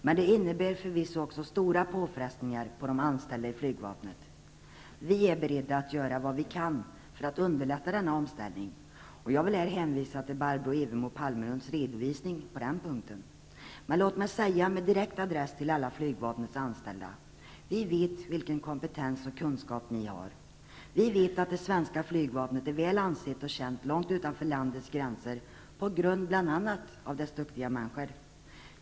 Men det innebär förvisso också stora påfrestingar på de anställda i flygvapnet. Vi är beredda att göra vad vi kan för att underlätta denna omställning. Jag vill här hänvisa till Barbro Evermo Palmerlunds redovisning på den punkten. Låt mig säga, med direkt adress till flygvapnets alla anställda: Vi vet vilken kompetens och kunskap ni har. Vi vet att det svenska flygvapnet är väl ansett och känt långt utanför landets gränser, bl.a. på grund av dess duktiga personal.